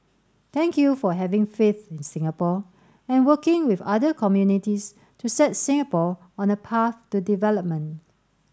thank you for having faith in Singapore and working with other communities to set Singapore on a path to development